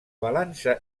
balança